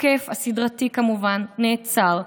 התוקף הסדרתי כמובן נעצר,